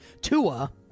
Tua